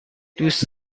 دوست